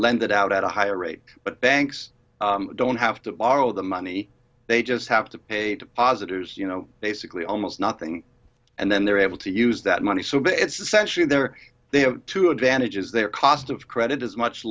lend it out at a higher rate but banks don't have to borrow the money they just have to pay a deposit as you know basically almost nothing and then they're able to use that money so it's essentially there they have two advantages their cost of credit is much